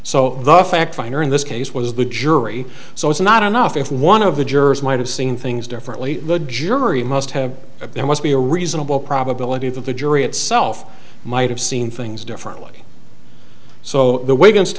so the fact finder in this case was the jury so it's not enough if one of the jurors might have seen things differently the jury must have at their must be a reasonable probability that the jury itself might have seen things differently so the w